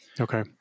Okay